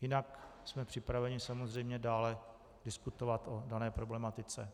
Jinak jsme připraveni samozřejmě dále diskutovat o dané problematice.